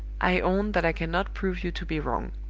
i own that i cannot prove you to be wrong.